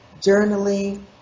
journaling